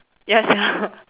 ya sia